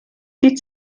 die